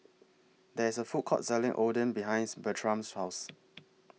There IS A Food Court Selling Oden behind Bertram's House